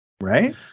Right